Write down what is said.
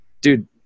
dude